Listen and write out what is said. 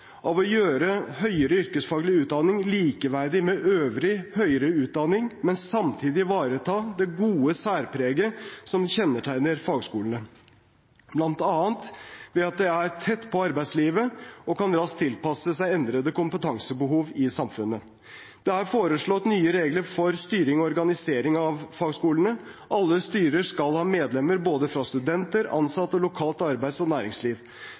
av å gjøre høyere yrkesfaglig utdanning likeverdig med øvrig høyere utdanning, men samtidig ivareta det gode særpreget som kjennetegner fagskolene, bl.a. ved at de er tett på arbeidslivet og raskt kan tilpasse seg endrede kompetansebehov i samfunnet. Det er foreslått nye regler for styring og organisering av fagskolene. Alle styrer skal ha medlemmer fra både studenter, ansatte og lokalt arbeids- og næringsliv.